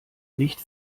nicht